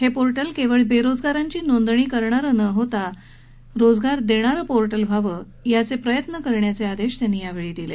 हे पोर्टल केवळ बेरोजगारांची नोंदणी करणारे न होता रोजगार देणारे पोर्टल व्हावे यासाठी प्रयत्न करण्याचे आदेश यावेळी त्यांनी दिले